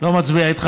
לא מצביע איתך.